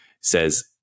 says